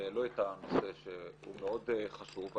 שהעלו את הנושא שהוא מאוד חשוב.